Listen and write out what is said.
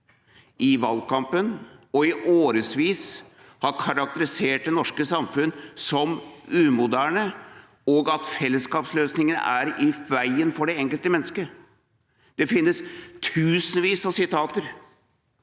i valgkampen, og i årevis, har karakterisert det norske samfunn som umoderne, og at fellesskapsløsninger er i veien for det enkelte mennesket. Det finnes tusenvis av sitater